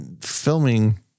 filming